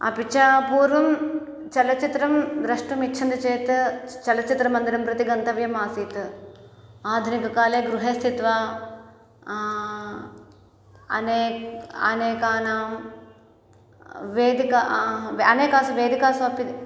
अपि च पूर्वं चलचित्रं द्रष्टुम् इच्छन्ति चेत् चलचित्रमन्दिरं प्रति गन्तव्यम् आसीत् आधुनिककाले गृहे स्थित्वा अनेकाः अनेकानां वेदिकाः अनेकासु वेदिकासु अपि